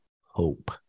hope